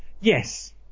Yes